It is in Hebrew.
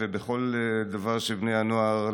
ובכל דבר שבני הנוער,